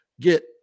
get